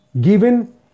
given